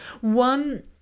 one